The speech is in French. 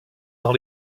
dans